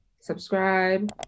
subscribe